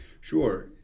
Sure